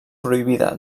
prohibida